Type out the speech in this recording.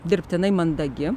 dirbtinai mandagi